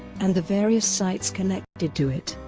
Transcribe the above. and the various sites connected to it.